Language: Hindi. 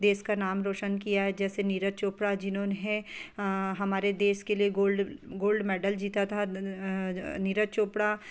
देश का नाम रोशन किया है जैसे नीरज चौपड़ा जिन्होंने है हमारे देश के लिए गोल्ड गोल्ड मैडल जीता था नीरज चौपड़ा